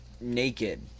naked